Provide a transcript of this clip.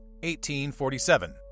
1847